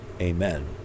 Amen